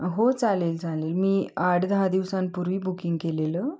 हो चालेल चालेल मी आठ दहा दिवसांपूर्वी बुकिंग केलेलं